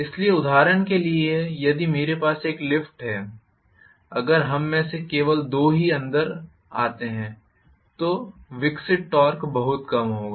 इसलिए उदाहरण के लिए यदि मेरे पास एक लिफ्ट है अगर हम में से केवल दो ही अंदर आते हैं तो विकसित टॉर्क बहुत कम होगा